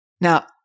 Now